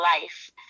life